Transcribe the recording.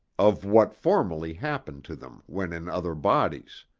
of what formerly happened to them when in other bodies.